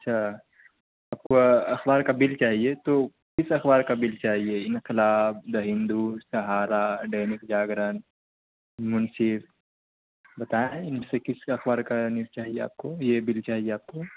اچھا آپ کو اخبار کا بل چاہیے تو کس اخبار کا بل چاہیے انقلاب دا ہندو سہارا ڈینک جاگرن منصف بتائیں ان میں سے کس اخبار کا نیوز چاہیے آپ کو یہ بل چاہیے آپ کو